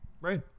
Right